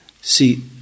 See